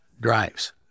drives